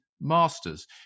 masters